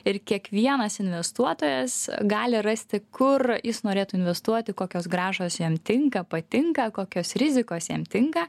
ir kiekvienas investuotojas gali rasti kur jis norėtų investuoti kokios grąžos jam tinka patinka kokios rizikos jam tinka